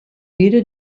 weder